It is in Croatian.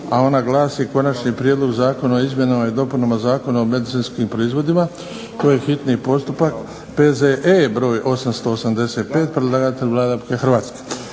na Konačni prijedlog zakona o izmjenama i dopunama Zakona o medicinskim proizvodima, bio je hitni postupak, P.Z.E. br. 885, predlagatelj Vlada Republike Hrvatske,